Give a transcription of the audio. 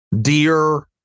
Dear